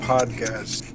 Podcast